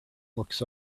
looks